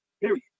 period